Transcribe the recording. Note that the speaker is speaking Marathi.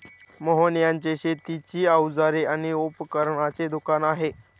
मोहन यांचे शेतीची अवजारे आणि उपकरणांचे दुकान आहे